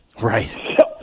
Right